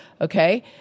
okay